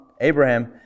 Abraham